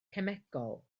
cemegol